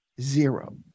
zero